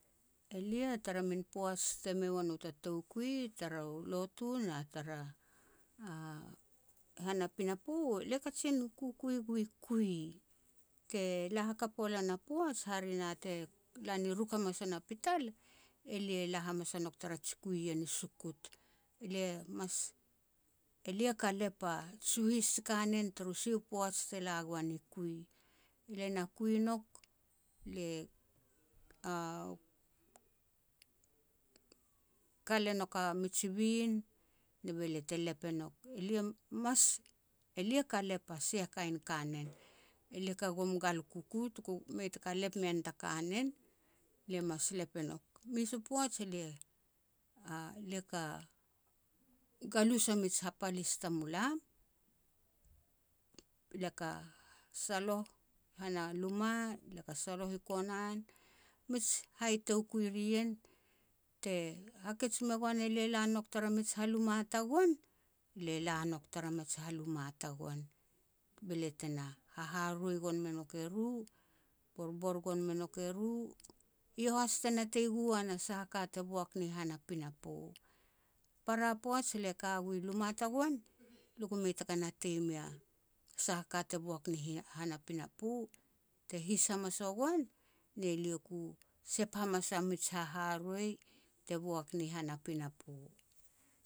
Elia, tara min poaj te mei ua no ta toukui turu lotu na tara a han a pinapo, lia kajin kukui gui kui. Te la hakap ua lan a poaj, hare na te la ni ruk hamas wa na pital, elia la hamas a nouk tara ji kui ien i sukut. Elia mas, elia ka lep a ji suhis ji kanen turu sia u poaj te la goan i kui. Le na kui nouk, le kal e nouk a mij bin, be lia te lep e nouk. Lia mas, elia ka lep a sia kain kanen. Elia ka gum gal kuku tuku mei taka lep mean ta kanen, lia mas lep e nouk. Mes u poaj, elia lia ka galus a mij hapalis tamulam, lia ka saloh han a luma, lia ka saloh i konan. Mij hai toukui ri ien. Te hakets me goan elia la nouk tara mej haluma tagoan, le la nouk tara mij haluma tagoan, be lia te na haharoi gon me nouk eru, borbor gon me nouk eru. Eiau has te natei gu an a sah a ka te boak ni han a pinapo. Para poaj lia ka gui luma tagoan, lia ku mei taka natei mea sah a ka te boak ni hia han a pinapo. Te his hamas ua goan, ne lia ku sep hamas a mij haharoi te boak ni han a pinapo.